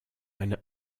eine